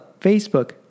Facebook